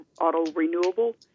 auto-renewable